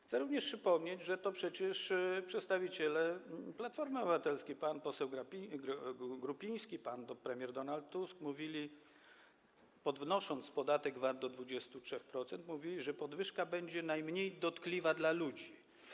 Chcę również przypomnieć, że to przecież przedstawiciele Platformy Obywatelskiej, pan poseł Grupiński, pan premier Donald Tusk, mówili, podnosząc podatek VAT do 23%, że podwyżka będzie najmniej dotkliwa dla ludzi.